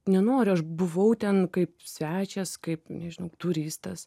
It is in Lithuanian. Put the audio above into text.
nenoriu aš buvau ten kaip svečias kaip nežinau turistas